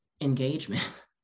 engagement